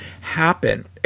happen